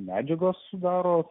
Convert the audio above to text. medžiagos sudaro